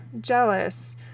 jealous